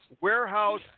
warehouse